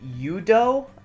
Udo